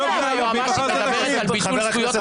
היות שהיועמ"שית מדברת על ביטול זכויות